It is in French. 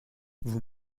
vous